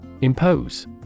Impose